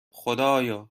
خدایا